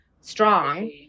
strong